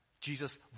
Jesus